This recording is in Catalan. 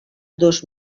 dos